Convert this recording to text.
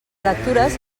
lectures